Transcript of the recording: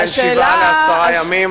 ההגשה היא בין שבעה לעשרה ימים,